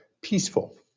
peaceful